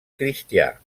cristià